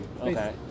Okay